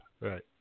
Right